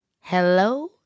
Hello